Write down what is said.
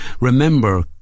remember